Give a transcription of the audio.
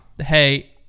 hey